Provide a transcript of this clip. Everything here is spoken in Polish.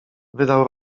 wydał